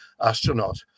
astronaut